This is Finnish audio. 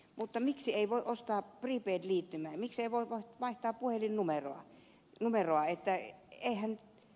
mutta miksi ei voi ostaa prepaid liittymää miksi ei voi vaihtaa puhelinnumeroa